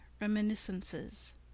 reminiscences